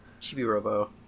Chibi-Robo